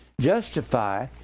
Justify